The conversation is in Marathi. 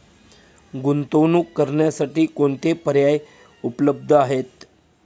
गुंतवणूक करण्यासाठी कोणते पर्याय उपलब्ध आहेत?